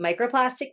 microplastic